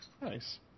Nice